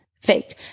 fake